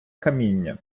каміння